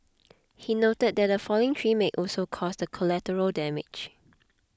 he noted that a falling tree may also caused collateral damage